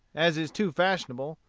as is too fashionable,